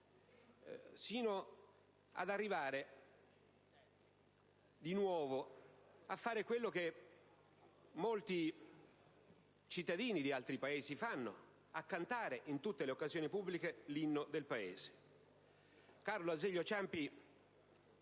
sino ad arrivare di nuovo a fare quello che molti cittadini di altri Paesi fanno: a cantare in tutte le occasioni pubbliche l'Inno del Paese. Carlo Azeglio Ciampi